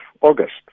August